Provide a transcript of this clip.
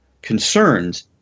Concerns